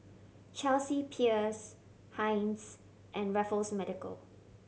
Chelsea Peers Heinz and Raffles Medical